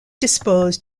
dispose